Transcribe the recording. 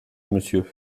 monsieur